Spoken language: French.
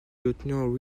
lieutenant